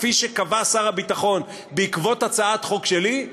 כפי שקבע שר הביטחון בעקבות הצעת חוק שלי,